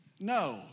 No